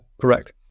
correct